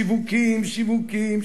שיווקים,